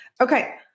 Okay